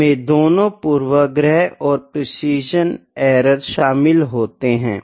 इस में दोनों पूर्वाग्रह और प्रिसिशन एरर शामिल होते है